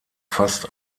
fast